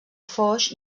foix